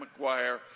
McGuire